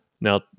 Now